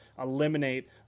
eliminate